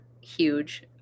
huge